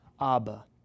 Abba